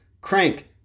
Crank